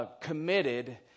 committed